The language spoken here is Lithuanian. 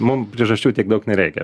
mum priežasčių tiek daug nereikia